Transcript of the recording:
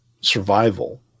survival